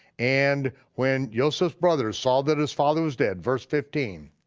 and when yoseph's brothers saw that his father was dead, verse fifteen,